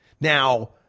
Now